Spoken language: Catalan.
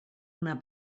una